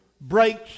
breaks